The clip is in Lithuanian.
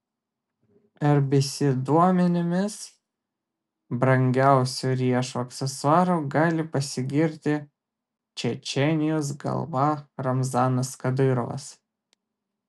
rbc duomenimis brangiausiu riešo aksesuaru gali pasigirti čečėnijos galva ramzanas kadyrovas